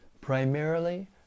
primarily